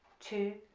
two,